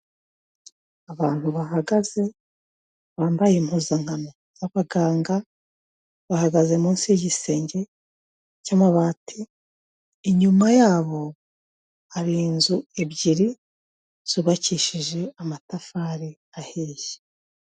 Abantu bahagaze, bambaye impuzankano b'abaganga, bahagaze munsi y'igisenge cy'amabati, inyuma yabo hari inzu ebyiri zubakishije amatafari ahishye.